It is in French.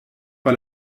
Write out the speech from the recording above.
par